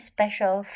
Special